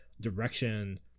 direction